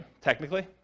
technically